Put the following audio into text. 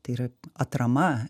tai yra atrama